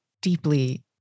deeply